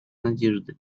надежды